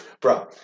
bro